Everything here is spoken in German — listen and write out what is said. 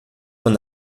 man